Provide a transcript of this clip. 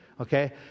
Okay